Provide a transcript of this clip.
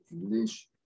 English